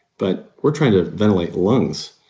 but we're trying to ventilate lungs.